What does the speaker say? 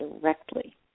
directly